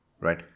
right